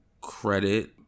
credit